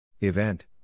Event